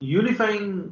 unifying